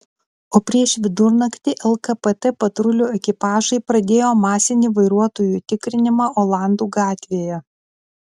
o prieš vidurnaktį lkpt patrulių ekipažai pradėjo masinį vairuotojų tikrinimą olandų gatvėje